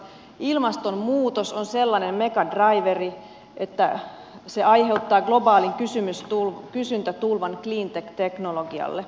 ilmastonmuutos on sellainen megadraiveri että se aiheuttaa globaalin kysyntätulvan cleantech teknologialle